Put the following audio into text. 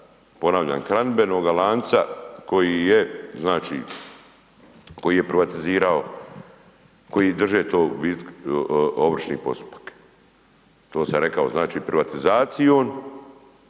ponavljam hranidbenoga lanca koji je znači, koji je privatizirao, koji drže to ovršni postupak. To sam rekao znači privatizacijom